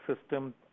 system